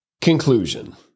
Conclusion